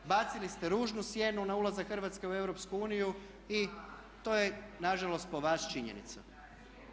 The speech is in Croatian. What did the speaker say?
Bacili ste ružnu sjenu na ulazak Hrvatske u EU i to je nažalost po vas činjenica.